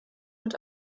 mit